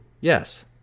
Yes